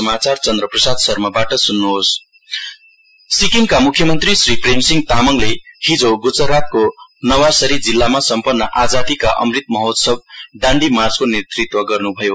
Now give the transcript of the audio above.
CM Dandi March सिक्किमका मुख्यमन्त्री श्री प्रेमसिंह तामाङले हिजो गुजरातको नवसारी जिल्लामा सम्पन्न आजादीका अमृत माहोत्सव दाण्डी मार्चको नेतृत्व गर्नुभयो